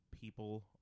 people